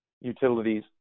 utilities